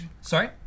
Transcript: Sorry